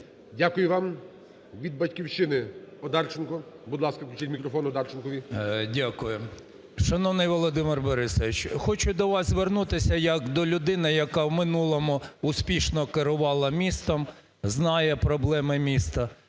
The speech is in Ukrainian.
Одарченкові. 10:19:45 ОДАРЧЕНКО Ю.В. Дякую. Шановний Володимир Борисович, хочу до вас звернутися як до людини, яка в минулому успішно керувала містом, знає проблеми міста.